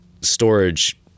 storage